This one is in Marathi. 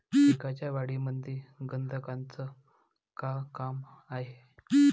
पिकाच्या वाढीमंदी गंधकाचं का काम हाये?